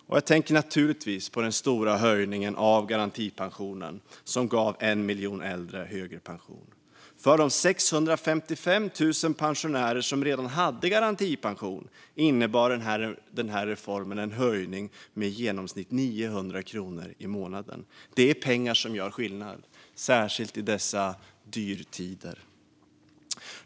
Och jag tänker naturligtvis på den stora höjningen av garantipensionen som gav en miljon äldre högre pension. För de 655 000 pensionärer som redan hade garantipension innebar reformen en höjning med i genomsnitt 900 kronor i månaden. Det är pengar som gör skillnad, särskilt i dessa dyrtider.